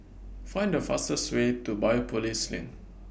Find The fastest Way to Biopolis LINK